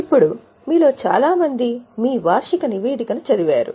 ఇప్పుడు మీలో చాలామంది మీ వార్షిక నివేదికను చదివారు